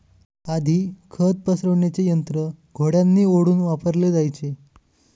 आधी खत पसरविण्याचे यंत्र घोड्यांनी ओढून वापरले जायचे